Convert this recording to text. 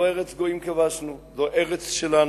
לא ארץ גויים כבשנו, זו הארץ שלנו.